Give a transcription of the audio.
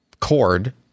cord